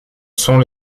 sont